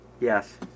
Yes